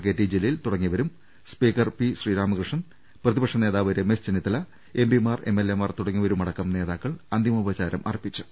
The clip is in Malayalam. കെ ടി ജലീൽ തുട ങ്ങിയവരും സ്പീക്കർ പി ശ്രീരാമകൃഷ്ണൻ പ്രതിപക്ഷനേതാവ് രമേശ് ചെന്നിത്തല എംപിമാർ എംഎൽഎ മാർ തുടങ്ങിയവരുമ ടക്കം നേതാക്കൾ അന്തിമോപചാരമർപ്പിച്ചു